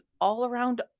all-around